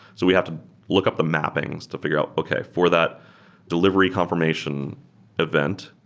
so we have to look up the mappings to figure out, okay. for that delivery confirmation event,